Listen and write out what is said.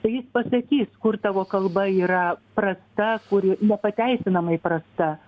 tai jis pasakys kur tavo kalba yra prasta kur nepateisinamai prasta